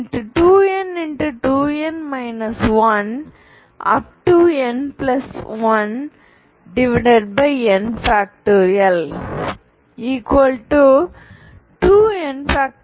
2n2n 1